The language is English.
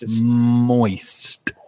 Moist